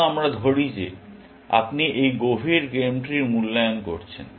আসুন আমরা ধরি যে আপনি এই গভীর গেম ট্রির মূল্যায়ন করছেন